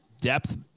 depth